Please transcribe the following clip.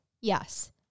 Yes